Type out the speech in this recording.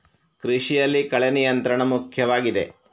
ಕೃಷಿಯಲ್ಲಿ ಕಳೆ ನಿಯಂತ್ರಣ ಮುಖ್ಯವಾಗಿದೆ